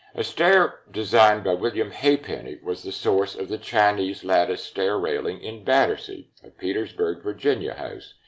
a stair designed by william halfpenny was the source of the chinese lattice stair railing in battersea, a petersburg, virginia house,